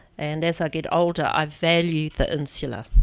and as i get older, i value that insular.